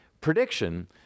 prediction